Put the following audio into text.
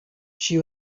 she